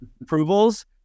approvals